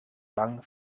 lang